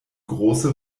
große